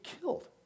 killed